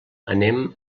anem